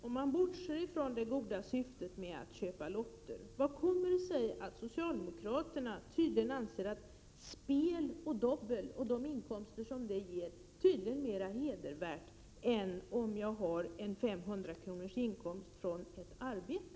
Om man bortser från det goda syftet med att köpa lotter, hur kommer det sig att socialdemokraterna tydligen anser att spel och dobbel och de inkomster som det ger tydligen är mer hedervärda än en inkomst på 500 kr. från ett arbete?